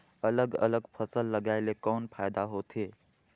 अलग अलग फसल लगाय ले कौन फायदा होथे?